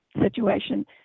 situation